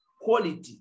quality